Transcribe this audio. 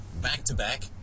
back-to-back